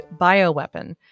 bioweapon